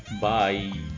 Bye